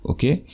Okay